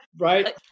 right